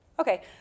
Okay